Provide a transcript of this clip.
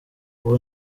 ubu